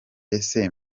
ese